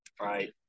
Right